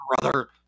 Brother